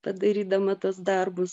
padarydama tuos darbus